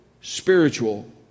spiritual